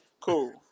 Cool